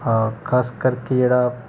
ਹਾਂ ਖਾਸ ਕਰਕੇ ਜਿਹੜਾ